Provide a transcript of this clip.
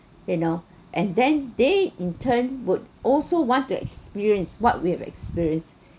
you know and then they in turn would also want to experience what we have experienced